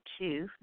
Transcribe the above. two